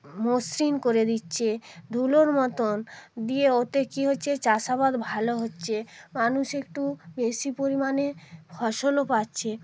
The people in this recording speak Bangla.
মসৃণ করে দিচ্ছে ধুলোর মতোন দিয়ে ওতে কী হচ্ছে চাষাবাদ ভালো হচ্ছে মানুষ একটু বেশি পরিমাণে ফসলও পাচ্ছে